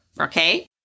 Okay